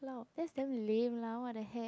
!walao! that's damn lame lah what the heck